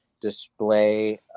display